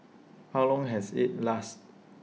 how long has IT lasted